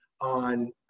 on